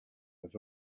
have